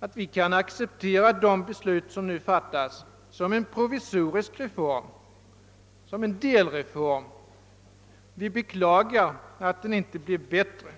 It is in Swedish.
att vi kan acceptera de beslut som nu fattas såsom en provisorisk reform, en delreform. Vi beklagar att den inte blev bättre.